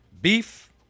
beef